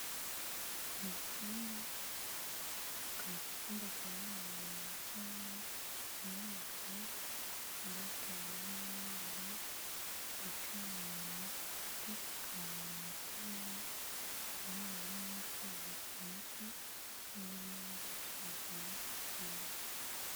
Ni cyumba akaba icyo cyumba hakaba hari umuntu wicayemo w'umugabo, wambaye ishati y'umweru. Yicaye ahantu afite akantu mu ntoki ziwe, wagira ngo arimo nko kwiga imiti cyangwa arimo gusuzuma ikintu.